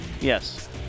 Yes